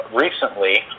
recently